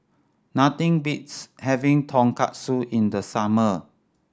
nothing beats having Tonkatsu in the summer